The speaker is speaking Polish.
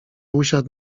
usiadł